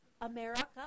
America